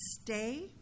stay